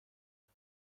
های